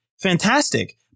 fantastic